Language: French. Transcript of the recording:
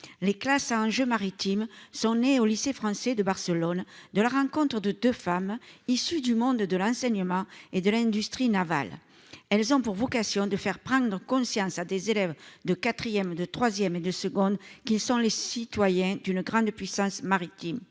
les classes à enjeux maritimes sont nés au lycée français de Barcelone de la rencontre de 2 femmes issues du monde de l'enseignement et de l'industrie navale, elles ont pour vocation de faire prendre conscience à des élèves de 4ème de 3ème et de seconde, qui sont les citoyens d'une grande puissance maritime,